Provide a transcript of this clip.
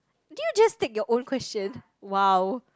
did you just take your own question !wow!